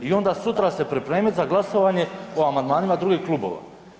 I onda sutra se pripremiti za glasovanje o amandmanima drugih klubova.